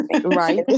Right